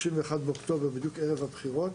התקיים ב-31.10, בדיוק ערב הבחירות.